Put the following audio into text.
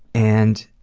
and